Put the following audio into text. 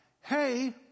Hey